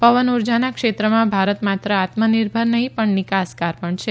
પવન ઉર્જાના ક્ષેત્રમાં ભારત માત્ર આત્મનિર્ભર નહીં પણ નિકાસકાર પણ છે